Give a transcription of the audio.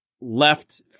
left